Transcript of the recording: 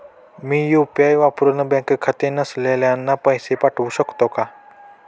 मी UPI वापरुन bank खाते नसलेल्यांना पैसे पाठवू शकते का?